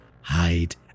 Hide